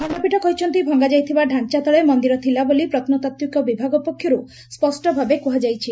ଖଣପୀଠ କହିଛନ୍ତି ଭଙ୍ଙାଯାଇଥିବା ଡାଞ୍ରା ତଳେ ମନ୍ଦିର ଥିଲାବୋଲି ପ୍ରତ୍ନତାତ୍ତ୍ୱିକ ବିଭାଗ ପକ୍ଷରୁ ସ୍ୱଷ୍ଟଭାବେ କୁହାଯାଇଛି